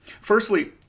Firstly